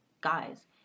guys